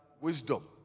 wisdom